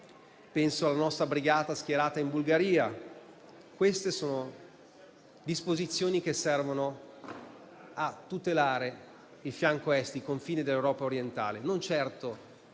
penso alla nostra brigata schierata in Bulgaria). Queste sono disposizioni che servono a tutelare il fianco Est e i confini dell'Europa orientale,